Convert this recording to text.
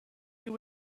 you